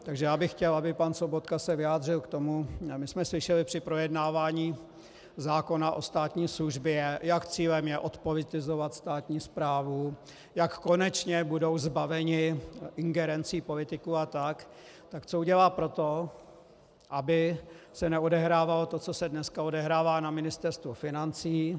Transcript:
Takže já bych chtěl, aby se pan Sobotka vyjádřil k tomu my jsme slyšeli při projednávání zákona o státní službě, jak cílem je odpolitizovat státní správu, jak konečně budou zbaveni ingerencí politiků a tak , co udělá pro to, aby se neodehrávalo to, co se dneska odehrává na Ministerstvu financí.